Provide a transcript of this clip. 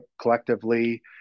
collectively